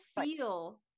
feel